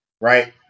right